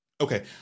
Okay